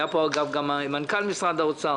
היה פה גם מנכ"ל משרד האוצר.